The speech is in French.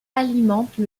alimente